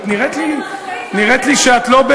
את נראית לי שאת לא,